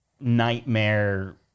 nightmare-